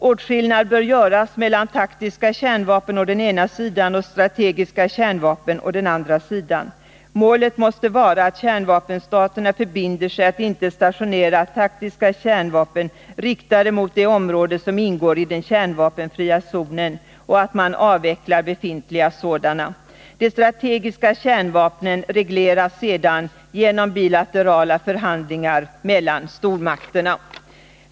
Åtskillnad bör göras mellan taktiska kärnvapen å den ena sidan och strategiska kärnvapen å den andra sidan. Målet måste vara att kärnvapenstaterna förbinder sig att inte stationera taktiska kärnvapen riktade mot det område som ingår i den kärnvapenfria zonen, och att man avvecklar befintliga sådana. De strategiska kärnvapnen regleras sedan genom bilaterala förhandlingar mellan stormakterna.